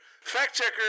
Fact-checker